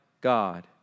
God